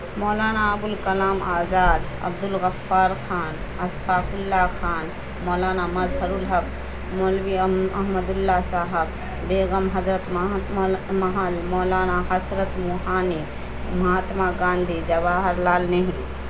Maulana Abul Kalam Azad Abdul Ghaffar Khan Ashfaq Ullah Khan Maulana Mazharul Haque Maulvi Ahmad Ullah Sahib Begum Hazrat Mahal Maulana Hasrat Mohani Mahatma Gandhi Jawahar Lal Nehru